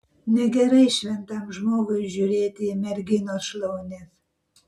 negerai šventam žmogui žiūrėti į merginos šlaunis